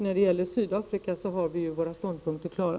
När det gäller Sydafrika har vi våra ståndpunkter klara.